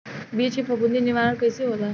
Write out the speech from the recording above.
बीज के फफूंदी निवारण कईसे होला?